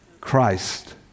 Christ